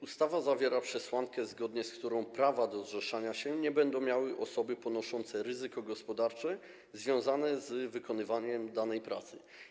Ustawa zawiera przesłankę, zgodnie z którą prawa do zrzeszania się nie będą miały osoby ponoszące ryzyko gospodarcze związane z wykonywaniem danej pracy.